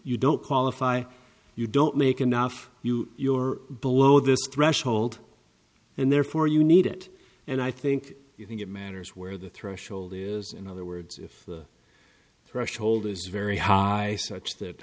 you don't qualify you don't make enough you you're below this threshold and therefore you need it and i think you think it matters where the threshold is in other words if the threshold is very high such that